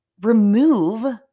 remove